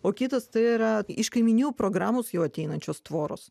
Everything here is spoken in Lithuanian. o kitas tai yra iš kaimynijų programos jau ateinančios tvoros